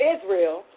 Israel